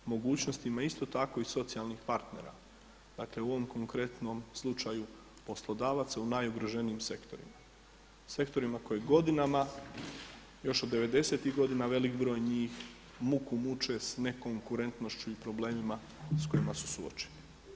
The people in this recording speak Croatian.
Mogućnostima isto tako i socijalnih partnera, dakle u ovom konkretnom slučaju poslodavaca u najugroženijim sektorima, sektorima koji godinama još od '90.-ih godina veliki broj njih muku muče s ne konkurentnošću i problemima s kojima su suočeni.